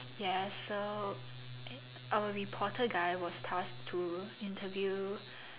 yes so our reporter guy was tasked to interview